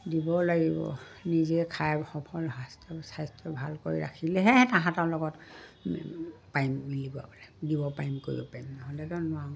দিব লাগিব নিজে খাই সফল স্বাস্থ্যটো ভাল কৰি ৰাখিলেহে সিহঁতৰ লগত পাৰিম মিলিব পাৰিম দিব পাৰিম কৰিব পাৰিম নহ'লেতো নোৱাৰোঁ